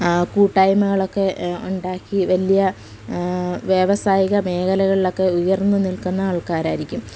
കൂട്ടായ്മകളൊക്കെ ഉണ്ടാക്കി വലിയ വ്യവസായിക മേഖലകളിലൊക്കെ ഉയർന്ന നിൽക്കുന്ന ആൾക്കാരായിരിക്കും